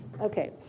Okay